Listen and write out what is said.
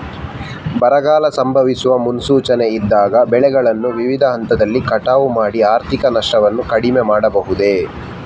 ಬರಗಾಲ ಸಂಭವಿಸುವ ಮುನ್ಸೂಚನೆ ಇದ್ದಾಗ ಬೆಳೆಗಳನ್ನು ವಿವಿಧ ಹಂತದಲ್ಲಿ ಕಟಾವು ಮಾಡಿ ಆರ್ಥಿಕ ನಷ್ಟವನ್ನು ಕಡಿಮೆ ಮಾಡಬಹುದೇ?